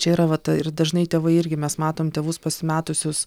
čia yra va ta ir dažnai tėvai irgi mes matom tėvus pasimetusius